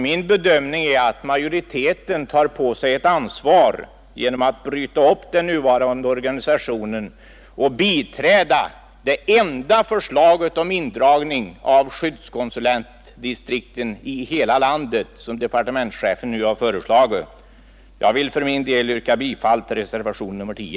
Min bedömning är att majoriteten tar på sig ett ansvar genom att bryta upp den nuvarande organisationen och biträda det enda förslag som föreligger beträffande hela landet om indragning av skyddskonsulentdistrikt. Jag vill för min del yrka bifall till reservationen 10.